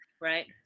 right